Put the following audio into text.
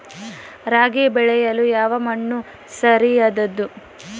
ರಾಗಿ ಬೆಳೆಯಲು ಯಾವ ಮಣ್ಣು ಸರಿಯಾದದ್ದು?